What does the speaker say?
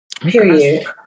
Period